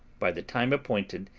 by the time appointed,